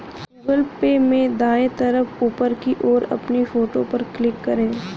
Google Pay में दाएं तरफ ऊपर की ओर अपनी फोटो पर क्लिक करें